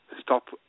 stop